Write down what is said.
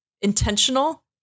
intentional